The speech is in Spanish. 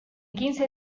quince